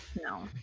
no